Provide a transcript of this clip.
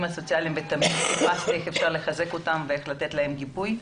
הסוציאליים ותמיד חיפשתי איך אפשר לחזק אותם ולתת להם גיבוי.